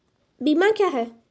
बीमा क्या हैं?